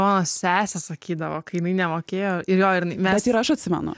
a sesė sakydavo kai jinai nemokėjo ir jo ir mes bet ir aš atsimenu